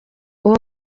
uwo